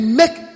make